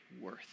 worth